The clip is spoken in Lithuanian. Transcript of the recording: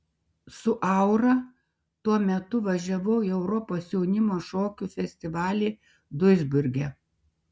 su aura tuo metu važiavau į europos jaunimo šokių festivalį duisburge